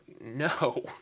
no